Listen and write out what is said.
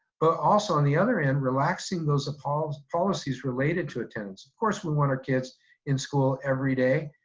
but also on the other end, relaxing those policies policies related to attendance. of course we want our kids in school every day,